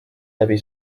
läbi